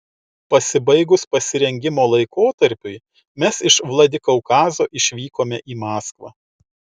pasibaigus pasirengimo laikotarpiui mes iš vladikaukazo išvykome į maskvą